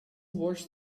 watch